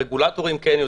הרגולטורים יודעים.